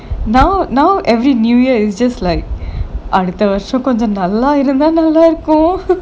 now now every new year is just like அடுத்த வர்ஷம் கொஞ்சம் நல்லா இருந்த நல்லா இருக்கும்:adutha varsham konjam nallaa iruntha nallaa irukum